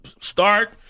start